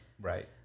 Right